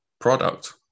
product